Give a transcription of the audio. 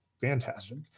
fantastic